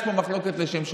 יש פה מחלוקת לשם שמיים,